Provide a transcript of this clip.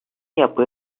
yapı